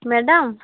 madam